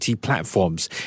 platforms